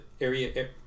area